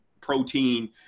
protein